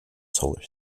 solar